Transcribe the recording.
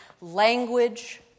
language